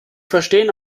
verstehen